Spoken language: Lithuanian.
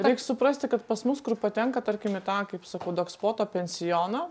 reik suprasti kad pas mus kur patenka tarkim į tą kaip sakau dogspoto pensioną